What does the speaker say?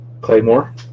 Claymore